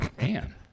Man